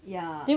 ya